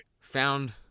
found –